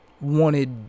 wanted